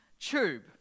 tube